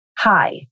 Hi